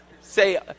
Say